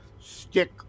stick